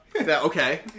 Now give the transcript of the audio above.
Okay